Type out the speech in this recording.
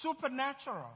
supernatural